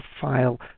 file